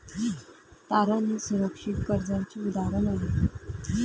तारण हे सुरक्षित कर्जाचे उदाहरण आहे